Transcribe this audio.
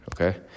Okay